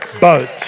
boat